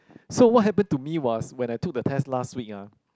so what happened to me was when I took the test last week ah